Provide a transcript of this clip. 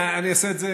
אני אעשה את זה